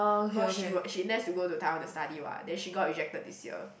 cause she wa~ she intends to go to Taiwan to study [what] then she got rejected this year